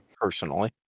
Personally